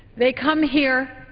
they come here,